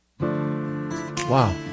Wow